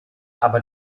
aber